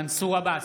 מנסור עבאס,